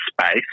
space